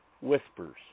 Whispers